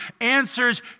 answers